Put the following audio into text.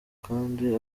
kandi